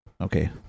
Okay